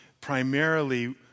Primarily